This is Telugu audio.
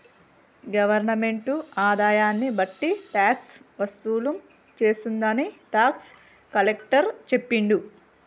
గవర్నమెంటు ఆదాయాన్ని బట్టి ట్యాక్స్ వసూలు చేస్తుందని టాక్స్ కలెక్టర్ చెప్పిండు